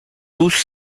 tous